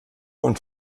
und